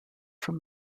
from